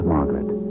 Margaret